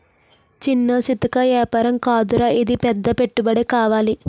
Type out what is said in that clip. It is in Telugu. చిన్నా చితకా ఏపారం కాదురా ఇది పెద్ద పెట్టుబడే కావాలి